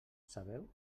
sabeu